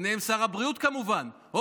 ביניהם שר הבריאות הורוביץ,